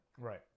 Right